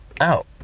out